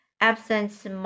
absence